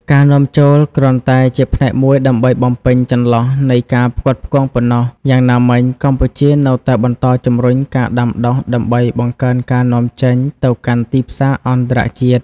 ការនាំចូលគ្រាន់តែជាផ្នែកមួយដើម្បីបំពេញចន្លោះនៃការផ្គត់ផ្គង់ប៉ុណ្ណោះ យ៉ាងណាមិញកម្ពុជានៅតែបន្តជំរុញការដាំដុះដើម្បីបង្កើនការនាំចេញទៅកាន់ទីផ្សារអន្តរជាតិ។